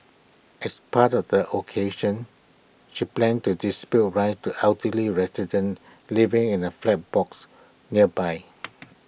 as part of the occasion she planned to distribute right to elderly residents living in A books nearby